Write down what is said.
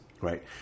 right